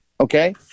Okay